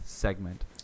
segment